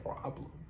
problem